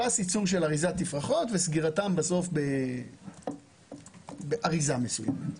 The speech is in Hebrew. פס יצור של אריזת תפרחות וסגירתן בסוף באריזה מסוימת.